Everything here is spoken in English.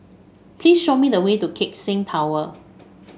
please show me the way to Keck Seng Tower